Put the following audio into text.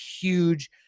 huge